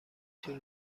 طول